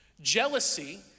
Jealousy